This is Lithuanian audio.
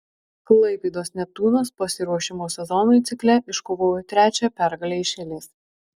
klaipėdos neptūnas pasiruošimo sezonui cikle iškovojo trečią pergalę iš eilės